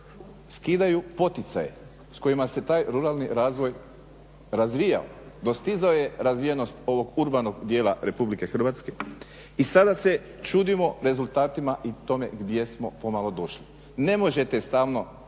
skidaju poticaje s kojima se taj ruralni razvoj razvijao, dostizao je razvijenost ovog urbanog dijela Republike Hrvatske. I sada se čudimo rezultatima i tome gdje smo pomalo došli. Ne možete stalno